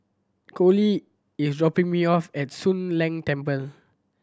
Collie is dropping me off at Soon Leng Temple